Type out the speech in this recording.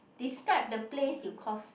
describe the place you cause